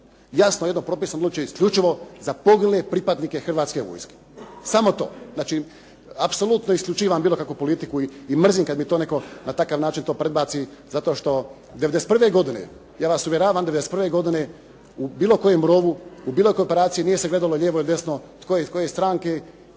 jasno jedan propisano isključivo za poginule pripadnike Hrvatske vojske, samo to. Znači, apsolutno isključivim bilo kakvu politiku i mrzim kada mi to netko na takav način to predbaci zato što '91. godine ja vas uvjeravam '91. godine u bilo kojem rovu, u bilo kojoj operaciji nije se gledalo lijevo ili desno, tko je iz koje